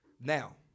Now